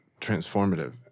transformative